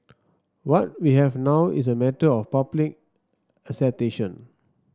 what we have now is a matter of public